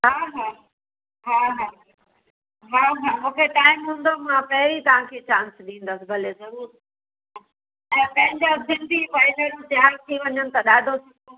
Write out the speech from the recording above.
हा हा हा हा हा हा मूंखे टाइम हूंदो मां पहिरीं तव्हां खे चांस ॾींदसि भले ज़रूरु ऐं पंहिंजा सिंधी भेनरु तयारु थी वञनि त ॾाढो सुठो